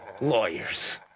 lawyers